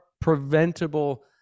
preventable